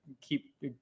keep